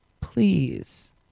Please